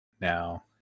now